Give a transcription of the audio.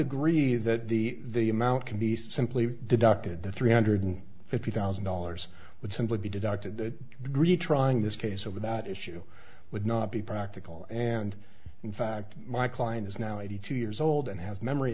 agree that the the amount can be simply deducted the three hundred fifty thousand dollars would simply be deducted the greedy trying this case over that issue would not be practical and in fact my client is now eighty two years old and has memory